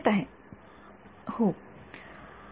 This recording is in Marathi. हो विद्यार्थी मग आपण आणखी रिसीव्हर्स जोडू शकतो